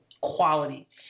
quality